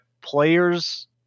players